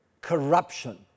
corruption